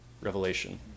revelation